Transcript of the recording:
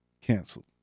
Canceled